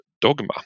Dogma